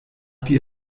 die